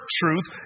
truth